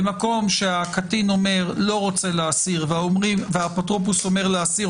במקום שהקטין אומר שהוא לא רוצה להסיר והאפוטרופוס אומר להסיר,